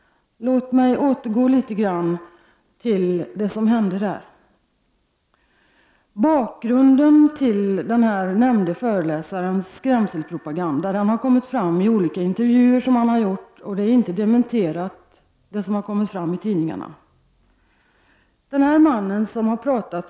Låt mig då återgå litet grand till det som hände i Hedemora. Bakgrunden till den nämnde föreläsarens skrämselpropaganda har kommit fram i olika intervjuer som han har gjort. Det som har kommit fram i tidningarna har inte heller dementerats.